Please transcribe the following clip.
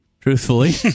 truthfully